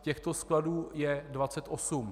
Těchto skladů je 28.